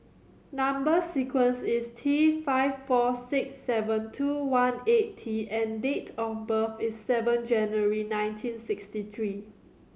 number sequence is T five four six seven two one eight T and date of birth is seven January nineteen sixty three